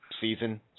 season